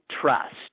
trust